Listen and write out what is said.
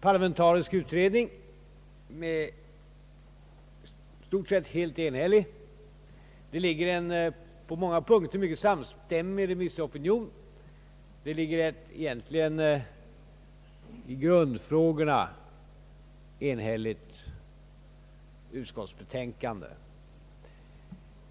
parlamentarisk utredning som är i stort sett helt enhällig. Det föreligger en på många punkter mycket samstämmig remissopinion och ett i grundfrågorna egentligen enhälligt utskottsbetänkande.